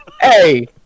hey